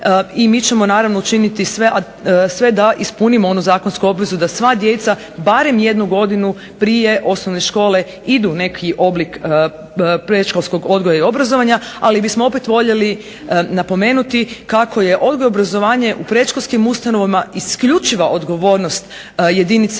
I mi ćemo naravno učiniti sve da ispunimo onu zakonsku obvezu da sva djeca barem jednu godinu prije osnovne škole idu u neki oblik predškolskog odgoja i obrazovanja ali bismo opet voljeli napomenuti kako je odgoj i obrazovanje u predškolskim ustanovama isključiva odgovornost jedinica